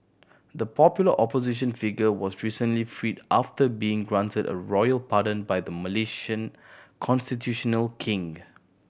the popular opposition figure was recently freed after being granted a royal pardon by the Malaysian constitutional king